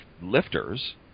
lifters